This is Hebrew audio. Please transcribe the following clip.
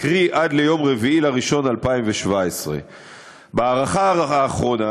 קרי עד ליום 4 בינואר 2017. בהארכה האחרונה,